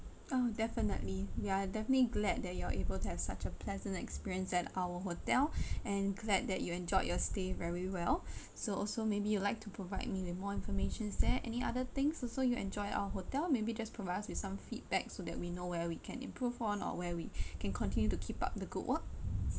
oh definitely yeah definitely glad that you are able to have such a pleasant experience at our hotel and glad that you enjoyed your stay very well so also maybe you'd like to provide me with more information is there any other things also you enjoy our hotel maybe just provide us with some feedback so that we know where we can improve on or where we can continue to keep up the good work